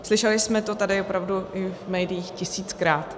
Slyšeli jsme to tady opravdu v médiích tisíckrát.